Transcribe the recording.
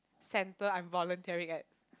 centre I am volunteering at